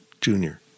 junior